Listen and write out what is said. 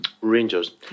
Rangers